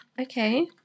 Okay